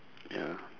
ya